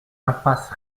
impasse